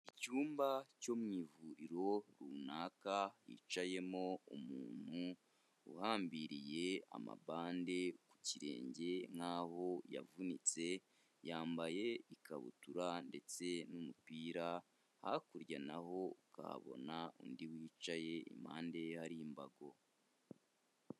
Icyumba cyo mu ivuriro runaka hicayemo umuntu uhambiriye amabande ku kirenge nkaho yavunitse, yambaye ikabutura ndetse n'umupira, hakurya naho ukabona undi wicaye impande ye hari imbago.